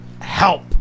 Help